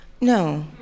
No